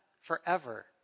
forever